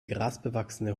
grasbewachsene